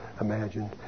imagined